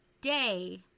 day